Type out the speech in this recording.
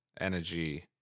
energy